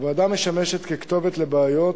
הוועדה משמשת ככתובת לבעיות,